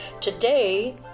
Today